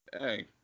Hey